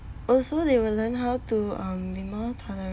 also they will learn how to um be more tolerant